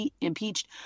impeached